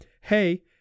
hey